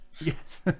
Yes